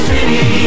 City